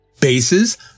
Bases